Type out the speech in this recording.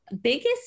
biggest